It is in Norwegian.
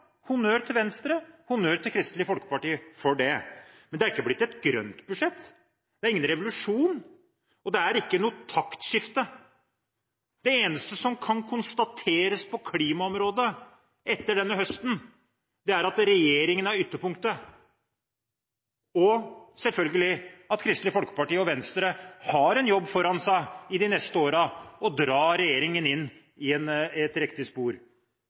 honnør til Venstre og til Kristelig Folkeparti for det. Men det har ikke blitt et grønt budsjett – det er ingen revolusjon, det er ikke noe taktskifte. Det eneste som kan konstateres på klimaområdet etter denne høsten, er at regjeringen er ytterpunktet, og at Kristelig Folkeparti og Venstre selvfølgelig har en jobb foran seg i de neste årene: å dra regjeringen inn på et riktig spor.